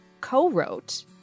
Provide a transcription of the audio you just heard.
co-wrote